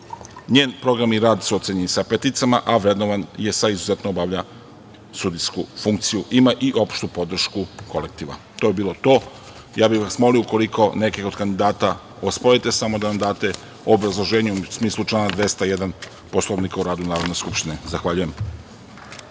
Njen program i rad su ocenjeni sa „pet“, a vrednovana je sa „izuzetno obavlja sudijsku funkciju“. Ima i opštu podršku kolektiva. To bi bilo sve. Ja bih vas molio, ukoliko neke od kandidata osporite, samo da nam date obrazloženje, u smislu člana 201. Poslovnika o radu Narodne skupštine. Zahvaljujem.